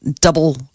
double